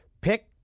Pick